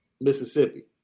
Mississippi